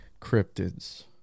cryptids